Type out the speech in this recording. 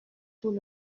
tout